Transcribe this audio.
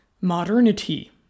modernity